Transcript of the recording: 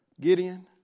Gideon